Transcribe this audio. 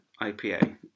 IPA